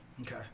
Okay